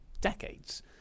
decades